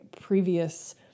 previous